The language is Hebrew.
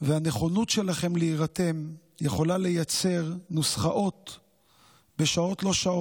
והנכונות שלכם להירתם יכולה לייצר נוסחאות בשעות-לא-שעות,